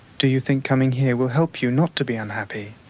do you think coming here will help you not to be unhappy?